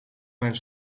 mijn